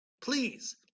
Please